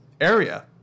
area